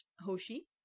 Hoshi